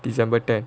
december ten